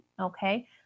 okay